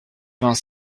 vingts